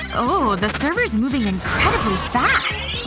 the server's moving incredibly fast.